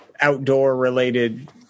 outdoor-related